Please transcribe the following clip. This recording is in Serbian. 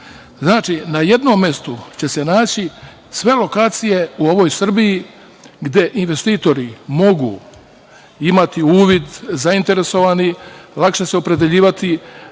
Znači, na jednom mestu će se naći sve lokacije u ovoj Srbije gde investitori mogu imati uvid, zainteresovani, lakše se opredeljivati